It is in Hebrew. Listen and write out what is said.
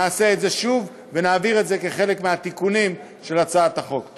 נעשה את זה שוב ונעביר את זה כחלק מהתיקונים של הצעת החוק.